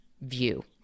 view